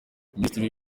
minisitiri